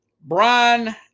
Brian